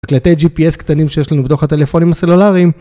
מקלטי gps קטנים שיש לנו בדוח הטלפונים הסלולריים